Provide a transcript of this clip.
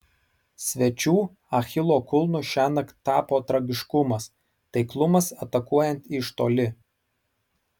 svečių achilo kulnu šiąnakt tapo tragiškumas taiklumas atakuojant iš toli